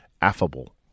affable